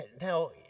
Now